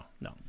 No